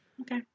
Okay